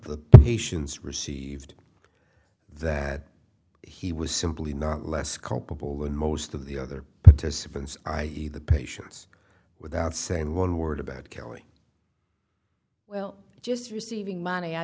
the patients received that he was simply not less culpable than most of the other participants i e the patients without saying one word about kelly well just receiving money i